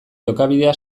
jokabidea